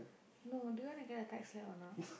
no do you want to get a tight slap or not